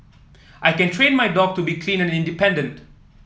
I can train my dog to be clean and independent